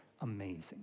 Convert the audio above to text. amazing